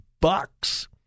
bucks